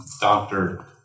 doctor